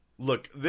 Look